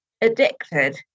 addicted